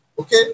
okay